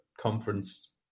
conference